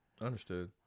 Understood